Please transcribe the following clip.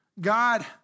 God